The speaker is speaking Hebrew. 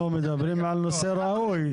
אנחנו מדברים על נושא ראוי.